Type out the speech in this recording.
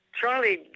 Charlie